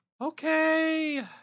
Okay